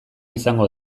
izango